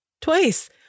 Twice